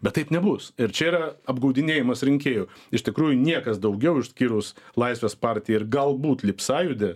bet taip nebus ir čia yra apgaudinėjimas rinkėjų iš tikrųjų niekas daugiau išskyrus laisvės partiją ir galbūt libsąjūdį